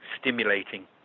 stimulating